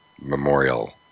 memorial